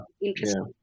interesting